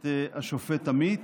את השופט עמית: